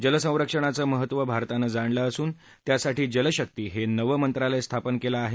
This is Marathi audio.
जलसंरक्षणाचं महत्त्व भारतानं जाणलं असून त्यासाठी जलशक्ती हे नवे मंत्रालय स्थापन केलं आहे